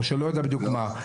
או לא יודע בדיוק מה,